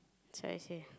that's why I say